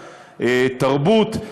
תרבות.